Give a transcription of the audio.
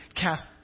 cast